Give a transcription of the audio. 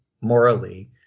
morally